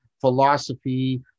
philosophy